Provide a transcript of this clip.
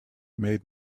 made